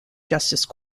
justice